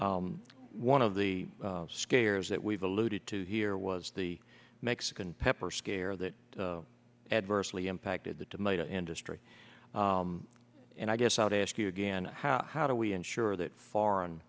one of the scares that we've alluded to here was the mexican pepper scare that adversely impacted the tomato industry and i guess i would ask you again how how do we ensure that foreign